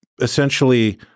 essentially